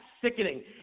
sickening